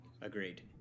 Agreed